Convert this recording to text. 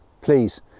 please